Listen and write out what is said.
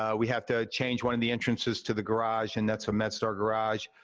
ah we have to change one of the entrances to the garage, and that's a medstar garage.